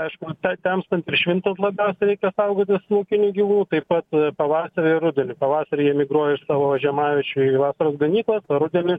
aišku tą temstant ir švintant labiausiai reikia saugotis laukinių gyvūnų taip pat pavasarį ir rudenį pavasarį jie migruoja iš savo žiemaviečių į vasaros ganyklas o rudenį